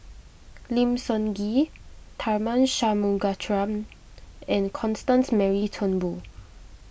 Lim Sun Gee Tharman Shanmugaratnam and Constance Mary Turnbull